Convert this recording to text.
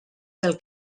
del